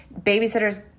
Babysitter's